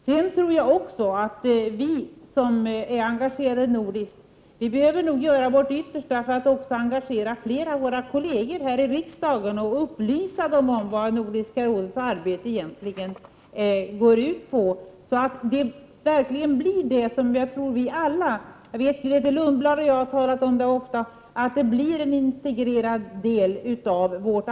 Jag tror också att vi som är engagerade nordiskt behöver göra vårt yttersta för att engagera flera av våra kolleger här i riksdagen och upplysa dem om vad Nordiska rådets arbete egentligen går ut på, så att det verkligen blir en integrerad del av vårt arbete, i betänkanden och i andra sammanhang. Grethe Lundblad och jag har talat om det ofta. Vi har också från presidiets Prot.